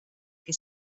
che